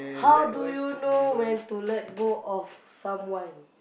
how do you know when to let go of someone